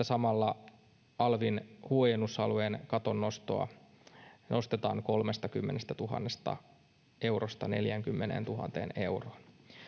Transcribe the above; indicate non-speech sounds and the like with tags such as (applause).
(unintelligible) samalla alvin huojennusalueen katon nostoa kolmestakymmenestätuhannesta eurosta neljäänkymmeneentuhanteen euroon